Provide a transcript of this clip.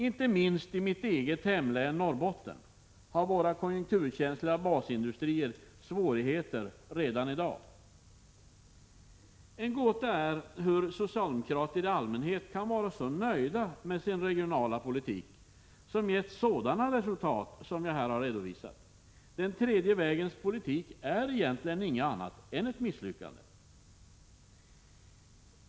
Inte minst i mitt eget hemlän Norrbotten har våra konjunkturkänsliga basindustrier svårigheter redan i dag. Det är en gåta att socialdemokrater i allmänhet kan vara så nöjda med sin regionala politik som gett sådana resultat som jag här har redovisat. Den tredje vägens politik är egentligen inget annat än ett misslyckande.